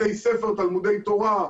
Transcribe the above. בתי ספר, תלמודי תורה.